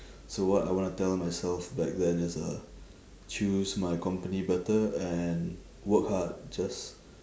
so what I wanna tell myself back then is uh choose my company better and work hard just